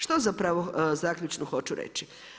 Što zapravo zaključno hoću reći.